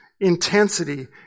intensity